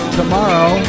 tomorrow